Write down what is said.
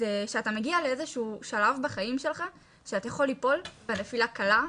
כשאתה מגיע לאיזשהו שלב בחיים שלך שאתה יכול ליפול בנפילה קלה,